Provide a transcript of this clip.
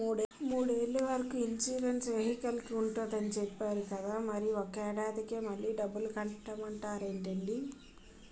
మూడేళ్ల వరకు ఇన్సురెన్సు వెహికల్కి ఉంటుందని చెప్పేరు కదా మరి ఒక్క ఏడాదికే మళ్ళి డబ్బులు కట్టమంటారేంటండీ?